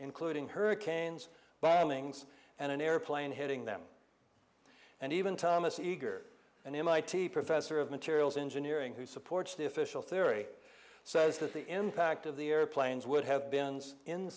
including hurricanes but awnings and an airplane hitting them and even thomas eagar and mit professor of materials engineering who supports the official theory says that the impact of the airplanes would have been in